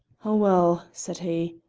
oh, well! said he,